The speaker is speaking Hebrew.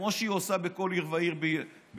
כמו שהיא עושה בכל עיר ועיר בישראל.